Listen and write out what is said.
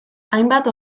hainbat